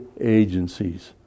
agencies